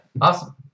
Awesome